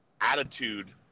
attitude